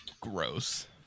Gross